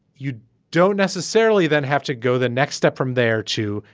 you don't necessarily then have to go the next step from there to.